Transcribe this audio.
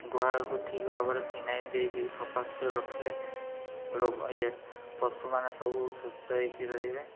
ଗୁହାଳକୁ ଠିକ ଭାବରେ ଫିନାଇଲ୍ ଦେଇକି ସଫାସୁତୁରା ରଖିଲେ ଇଏ ପଶୁମାନେ ସବୁ ସୁସ୍ଥ ହେଇକି ରହିବେ